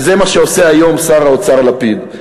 וזה מה שעושה היום שר האוצר לפיד.